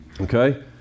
okay